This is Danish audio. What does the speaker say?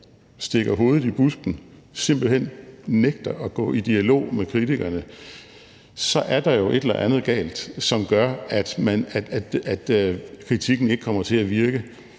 stikker hovedet i busken og simpelt hen nægter at gå i dialog med kritikerne, er der et eller andet galt, som gør, at kritikken ikke kommer til at virke.